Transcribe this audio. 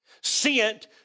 sent